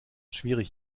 schwierig